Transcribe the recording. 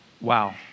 Wow